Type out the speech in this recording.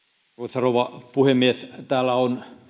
arvoisa rouva puhemies täällä on